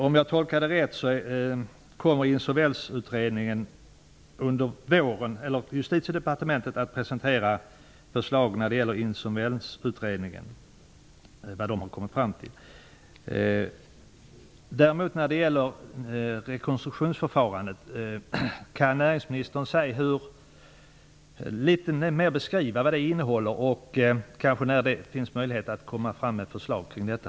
Om jag tolkar svaret rätt, kommer Justitiedepartementet att under våren presentera förslag från Kan näringsministern litet närmare beskriva vad det nya rekonstruktionsförfarandet innebär? När kan ett förslag komma?